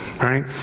Right